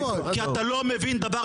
לא מבין דבר